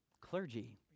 clergy